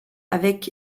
avec